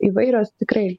įvairios tikrai